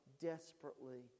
desperately